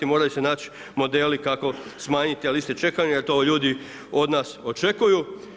Moraju se naći modeli kako smanjiti liste čekanja, jer to ljudi od nas očekuju.